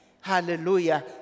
Hallelujah